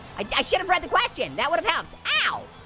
i should've read the question. that would've helped. ow.